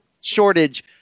shortage